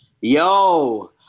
Yo